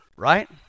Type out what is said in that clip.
Right